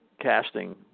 casting